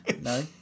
No